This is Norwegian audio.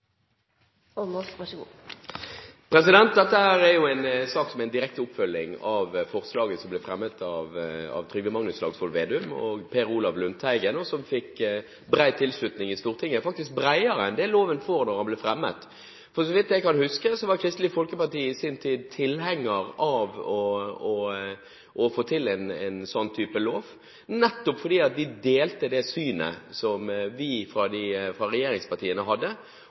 Per Olaf Lundteigen, som fikk bred tilslutning i Stortinget – faktisk bredere enn det loven får når den blir fremmet. For så vidt jeg kan huske, var Kristelig Folkeparti i sin tid tilhenger av å få til en sånn type lov, nettopp fordi de delte det synet som vi fra regjeringspartiene hadde, at det er behov for å sikre at helt sentral infrastruktur i samfunnet er på det offentliges hender. Det er bra for å ivareta samfunnssikkerheten, men – som vi ser det fra